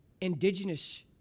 indigenous